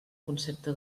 concepte